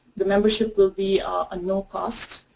the membership will be a no cost,